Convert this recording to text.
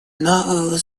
нового